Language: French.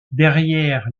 derrière